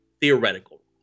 theoretical